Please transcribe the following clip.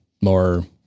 more